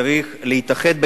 צריך להתאחד,